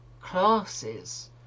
classes